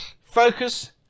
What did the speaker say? focus